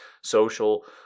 social